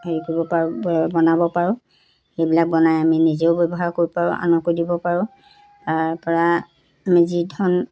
হেৰি কৰিব পাৰোঁ বনাব পাৰোঁ সেইবিলাক বনাই আমি নিজেও ব্যৱহাৰ কৰিব পাৰোঁ আনকো দিব পাৰোঁ তাৰ পৰা আমি যি ধন